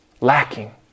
lacking